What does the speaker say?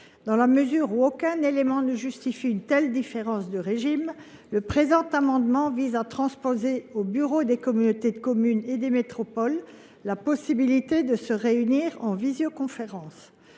Dans la mesure où aucun élément ne justifie une telle différence de régime, cet amendement vise à ouvrir aux bureaux des communautés de communes et des métropoles la possibilité de se réunir en visioconférence.